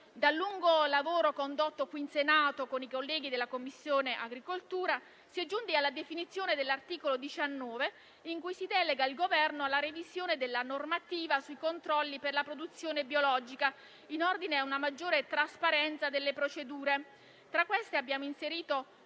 Dal lungo lavoro condotto in Senato con i colleghi della Commissione agricoltura e produzione agroalimentare si è giunti alla definizione dell'articolo 19, in cui si delega al Governo la revisione della normativa sui controlli per la produzione biologica, in ordine a una maggiore trasparenza delle procedure. Tra queste abbiamo inserito